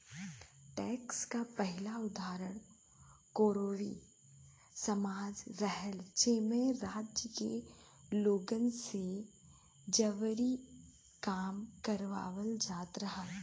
tax क पहिला उदाहरण कोरवी समाज रहल जेमन राज्य के लोगन से जबरी काम करावल जात रहल